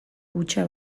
hutsa